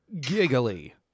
giggly